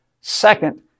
Second